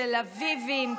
תל אביביים,